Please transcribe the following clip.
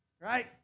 Right